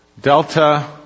Delta